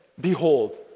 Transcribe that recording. Behold